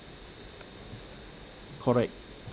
correct